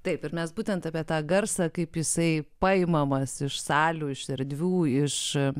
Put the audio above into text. taip ir mes būtent apie tą garsą kaip jisai paimamas iš salių iš erdvių iš